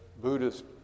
Buddhist